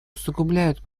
усугубляют